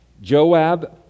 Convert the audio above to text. Joab